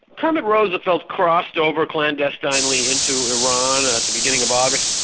kermit roosevelt crossed over clandestinely into iran at the beginning of august,